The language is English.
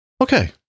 Okay